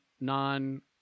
non